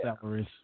salaries